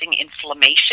inflammation